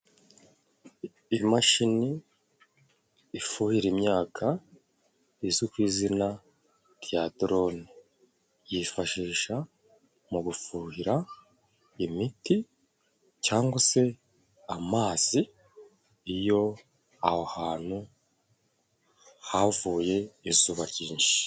Imashini ifuhira imyaka izwi ku izina rya drone, yifashisha mu gufuhira imiti cyangwa se amazi iyo aho hantu havuye izuba ryinshi.